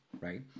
right